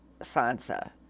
Sansa